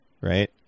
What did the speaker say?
right